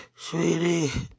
Sweetie